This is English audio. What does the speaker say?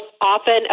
often